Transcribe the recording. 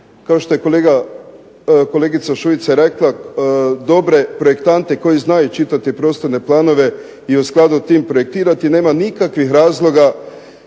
kao što je kolegica Šuica rekla dobre projektante koji znaju čitati prostorne planove i u skladu s tim projektirati, nema nikakvih razloga